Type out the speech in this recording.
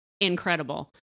incredible